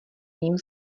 ním